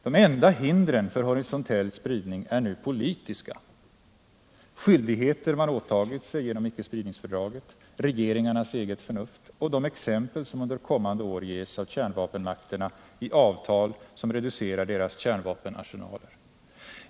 De enda hindren för horisontell spridning är nu politiska: skyldigheter man åtagit sig genom icke-spridningsfördraget, regeringarnas eget förnuft och de exempel, som under kommande år ges av kärnvapenmakterna i avtal, som reducerar deras kärnvapenarsenaler.